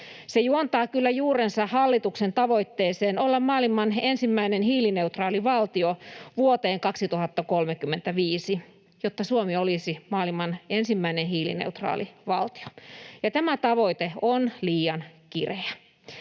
Se juontaa kyllä juurensa hallituksen tavoitteeseen olla maailman ensimmäinen hiilineutraali valtio vuoteen 2035 mennessä, jotta Suomi olisi maailman ensimmäinen hiilineutraali valtio. Tämä tavoite on liian kireä.